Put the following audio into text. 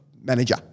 manager